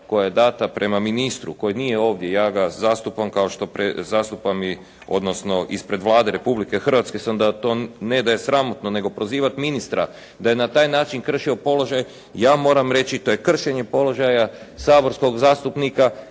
koja je dana prema ministru koji nije ovdje, ja ga zastupam kao što zastupam, odnosno ispred Vlade Republike Hrvatske, to ne da je sramotno nego prozivati ministra da je na taj način kršio položaj, ja moram reći to je kršenje položaja saborskog zastupnika